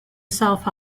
south